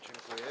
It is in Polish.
Dziękuję.